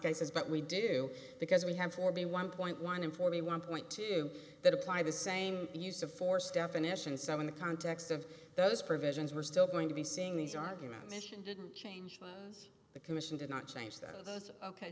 cases but we do because we have four b one point one and forty one point two that apply the same use of force definition so in the context of those provisions we're still going to be seeing these arguments mission didn't change the commission did not change that ok so those